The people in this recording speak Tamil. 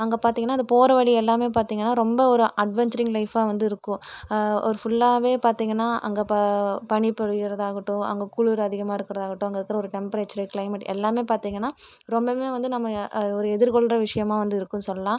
அங்கே பார்த்திங்கனா அது போகிற வழி எல்லாமே பார்த்திங்கனா ரொம்ப ஒரு அட்வென்ச்சரிங் லைஃப்பாக வந்து இருக்கும் ஒரு ஃபுல்லாவே பார்த்திங்கனா அங்கே பனி பொழிகிறதாகட்டும் அங்கே குளிர் அதிகமாக இருக்கிறதாகட்டும் அங்கே இருக்கிற ஒரு டெம்பரேச்சரு க்ளைமேட் எல்லாமே பார்த்திங்கனா ரொம்பவே வந்து நம்ம அது ஒரு எதிர்கொள்கிற விஷியமாக வந்து இருக்கும் சொல்லலாம்